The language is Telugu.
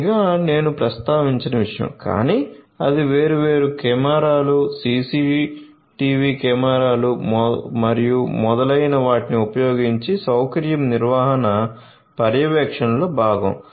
నిఘా నేను ప్రస్తావించని విషయం కానీ అది వేర్వేరు కెమెరాలు సిసిటివి కెమెరాలు మరియు మొదలైన వాటిని ఉపయోగించి సౌకర్యం నిర్వహణ పర్యవేక్షణలో భాగం